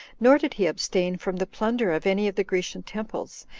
nor did he abstain from the plunder of any of the grecian temples,